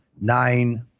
nine